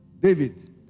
David